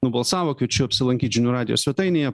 nubalsavo kviečiu apsilankyt žinių radijo svetainėje